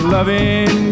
Loving